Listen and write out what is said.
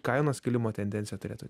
kainos kilimo tendencija turėtų